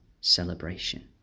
celebration